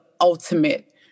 ultimate